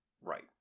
Right